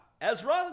Ezra